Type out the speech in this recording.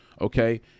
okay